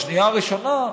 בשנייה הראשונה,